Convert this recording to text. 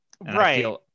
Right